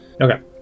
Okay